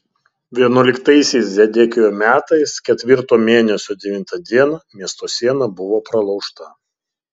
vienuoliktaisiais zedekijo metais ketvirto mėnesio devintą dieną miesto siena buvo pralaužta